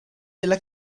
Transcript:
della